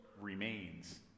remains